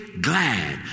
glad